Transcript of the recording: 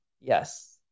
Yes